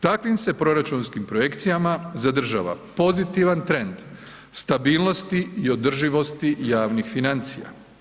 Takvim se proračunskim projekcijama zadržava pozitivan trend stabilnosti i održivosti javnih financija.